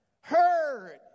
heard